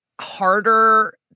harder